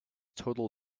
total